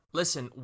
listen